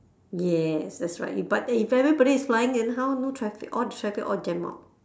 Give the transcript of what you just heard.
yes that's right but if everybody is flying then how no traffic all the traffic all jam up